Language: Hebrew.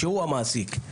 שהוא המעסיק,